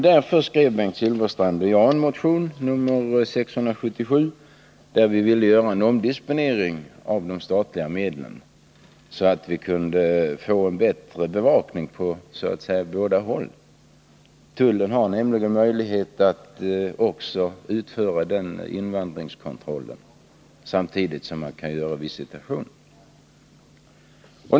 Därför skrev Bengt Silfverstrand och jag en motion, nr 677, där vi begärde en omdisponering av de statliga medlen så att vi kunde få en bättre bevakning på båda håll, så att säga. Tullen har nämligen också möjlighet att utföra denna invandringskontroll, samtidigt som man kan göra visitationer.